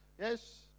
Yes